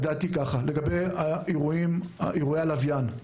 לגבי אירועי הלוויין,